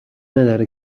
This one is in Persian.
نداره